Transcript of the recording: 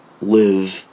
live